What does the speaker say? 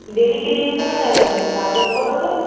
daily কি ডিম খাওয়া যাবে নাকি আজব কথা তো